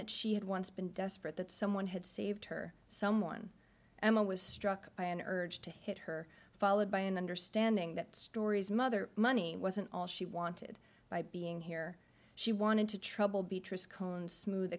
that she had once been desperate that someone had saved her some one emma was struck by an urge to hit her followed by an understanding that story's mother money wasn't all she wanted by being here she wanted to trouble